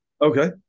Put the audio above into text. Okay